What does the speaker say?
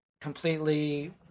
completely